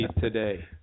today